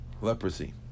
leprosy